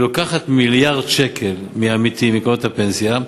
היא לוקחת מיליארד שקל מ"עמיתים", מקרנות הפנסיה,